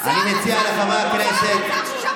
אני מציע לחברי הכנסת,